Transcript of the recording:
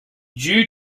due